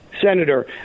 senator